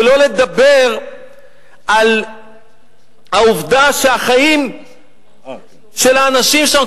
שלא לדבר על העובדה שהחיים של האנשים שם,